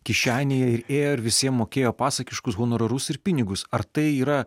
kišenėje ir ėjo ir visiem mokėjo pasakiškus honorarus ir pinigus ar tai yra